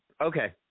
Okay